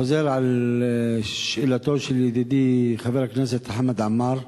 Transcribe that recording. חוזר על שאלתו של ידידי חבר הכנסת חמד עמאר,